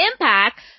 Impact